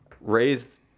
raise